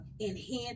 enhance